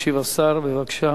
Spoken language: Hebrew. ישיב השר, בבקשה.